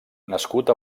nascut